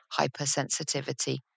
hypersensitivity